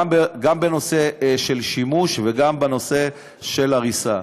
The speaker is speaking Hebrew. גם בנושא של שימוש וגם בנושא של הריסה.